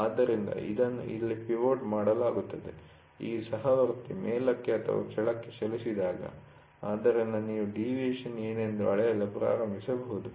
ಆದ್ದರಿಂದ ಇದನ್ನು ಇಲ್ಲಿ ಪಿವೊಟ್ ಮಾಡಲಾಗುತ್ತದೆ ಈ ಸಹವರ್ತಿ ಮೇಲಕ್ಕೆ ಅಥವಾ ಕೆಳಕ್ಕೆ ಚಲಿಸಿದಾಗ ಆದ್ದರಿಂದ ನೀವು ಡಿವಿಯೇಷನ್ ಏನೆಂದು ಅಳೆಯಲು ಪ್ರಾರಂಭಿಸಬಹುದು